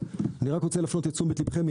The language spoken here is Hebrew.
אני רוצה להפנות את תשומת לבכם,